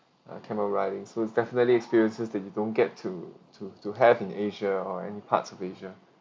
a camel riding so it's definitely experiences that you don't get to to to have in asia or any parts of asia